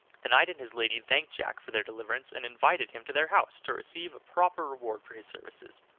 the knight and his lady thanked jack for their deliverance, and invited him to their house, to receive a proper reward for his services.